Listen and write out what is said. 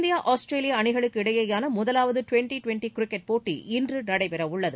India Australia அணிகளுக்கிடையேயான முதலாவது twenty twenty cricket போட்டி இன்று நடைபெறவுள்ளது